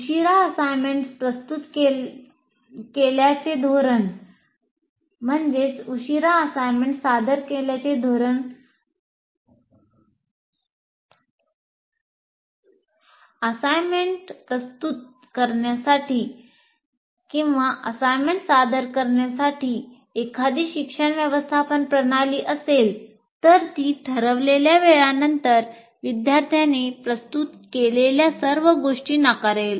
उशीरा असाइनमेंट प्रस्तुत केल्याचे धोरण असाइनमेंट प्रस्तुत करण्यासाठी एखादी शिक्षण व्यवस्थापन प्रणाली असेल तर ती ठरवलेल्या वेळानंतर विद्यार्थ्यांनी प्रस्तुत केलेल्या सर्व गोष्टी नाकारेल